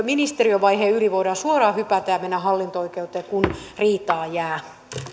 ministeriövaiheen yli voidaan suoraan hypätä ja mennä hallinto oikeuteen kun riitaa jää